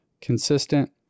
Consistent